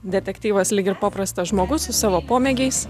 detektyvas lyg ir paprastas žmogus su savo pomėgiais